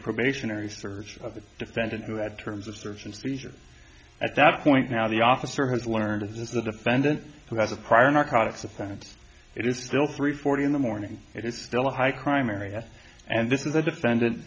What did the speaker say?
probationary search of the defendant who had terms of search and seizure at that point now the officer has learned as a defendant who has a prior narcotics offense it is still three forty in the morning it's still a high crime area and this is the defendant